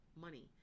money